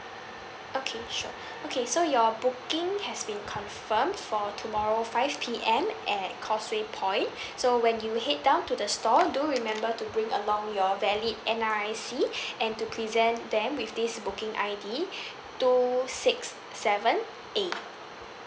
okay sure okay so your booking has been confirmed for tomorrow five P_M at causeway point so when you head down to the store do remember to bring along your valid N_R_I_C and to present them with this booking I_D two six seven A